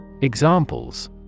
Examples